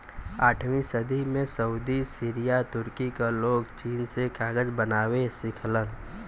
आठवीं सदी में सऊदी सीरिया तुर्की क लोग चीन से कागज बनावे सिखलन